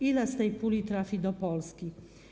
Ile z tej puli trafi do Polski?